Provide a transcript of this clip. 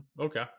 okay